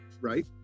Right